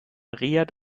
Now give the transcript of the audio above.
riad